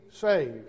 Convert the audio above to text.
saved